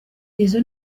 izo